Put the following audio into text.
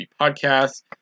podcast